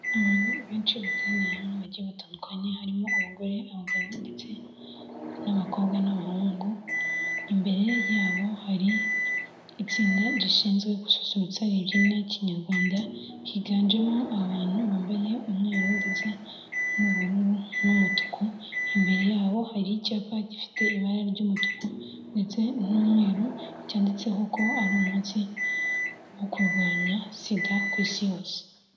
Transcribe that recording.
Abantu benshi bateraniye hamwe bagiye batandukanye, harimo abagore, abagabo ndetse n'abakobwa n'abahungu, imbere yabo hari itsinda rishinzwe gususurutsa imibyinire y'Ikinyarwanda, higanjemo abantu bambaye umweru ndetse n'ubururu n'umutuku, imbere yabo hari icyapa gifite ibara ry'umutuku ndetse n'umweru cyanditseho ko ari umunsi wo kurwanya Sida ku isi yose.